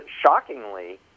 shockingly